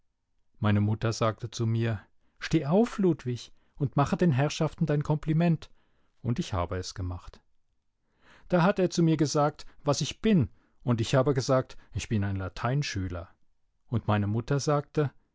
meine mutter sagte zu mir steh auf ludwig und mache den herrschaften dein kompliment und ich habe es gemacht da hat er zu mir gesagt was ich bin und ich habe gesagt ich bin ein lateinschüler und meine mutter sagte